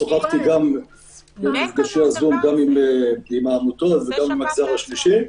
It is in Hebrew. שוחחתי במפגשי הזום גם עם העמותות וגם עם המגזר השלישי.